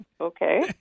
Okay